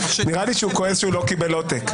נראה לי שהוא כועס כי הוא לא קיבל עותק.